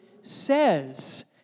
says